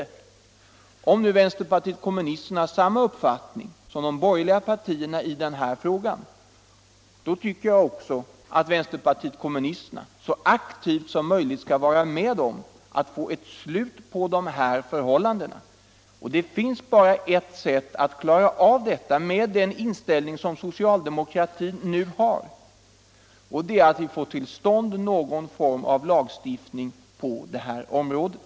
Om = Frioch rättigheter vänsterpartiet kommunisterna har samma uppfattning som de borgerliga — i grundlag partierna i den här frågan, då tycker jag att vänsterpartiet kommunisterna så aktivt som möjligt skall vara med om att få ett slut på de nuvarande förhållandena. Det finns bara ett sätt att uppnå detta — med den inställning som socialdemokratin har — och det är att få till stånd en lagstiftning på området.